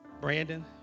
Brandon